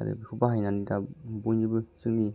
आरो बेखौ बाहायनानै दाबो बयनिबो जोंनि